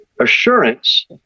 assurance